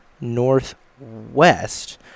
northwest